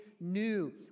new